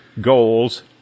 goals